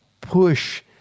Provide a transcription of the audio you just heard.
push